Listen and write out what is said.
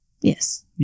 Yes